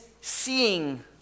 seeing